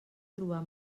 trobar